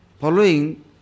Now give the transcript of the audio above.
following